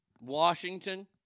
Washington